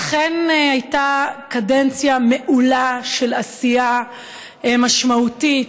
אכן, הייתה קדנציה מעולה של עשייה משמעותית,